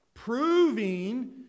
proving